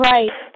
Right